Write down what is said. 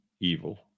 evil